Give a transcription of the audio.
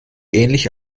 ähnlich